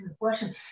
question